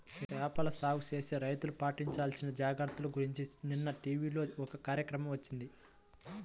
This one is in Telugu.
చేపల సాగు చేసే రైతులు పాటించాల్సిన జాగర్తల గురించి నిన్న టీవీలో ఒక కార్యక్రమం వచ్చింది